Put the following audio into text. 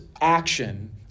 action